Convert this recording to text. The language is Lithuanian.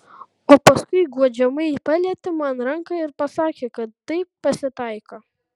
o paskui guodžiamai palietė man ranką ir pasakė kad taip pasitaiko